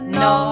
no